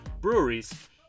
breweries